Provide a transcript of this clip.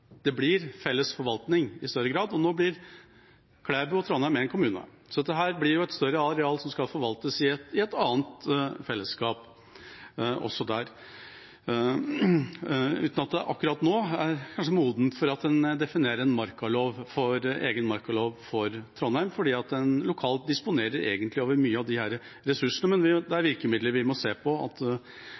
kommunegrensene, blir det felles forvaltning i større grad. Nå blir Klæbu og Trondheim én kommune, så det blir et større areal som skal forvaltes i et annet fellesskap, kanskje uten at det akkurat nå er modent for at en definerer en egen markalov for Trondheim, for lokalt disponerer en egentlig over mange av disse ressursene. Men det er virkemidler vi må se på